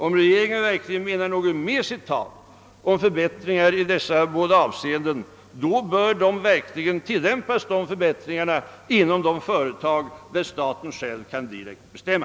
Om regeringen verkligen menar något med sitt tal om förbättringar i dessa båda avseenden bör förbättringar också genomföras inom de företag där staten själv direkt kan bestämma.